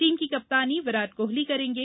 team की कप्तानी विराट कोहली करेंगे